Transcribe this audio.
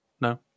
No